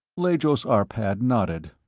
lajos arpad nodded.